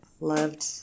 loved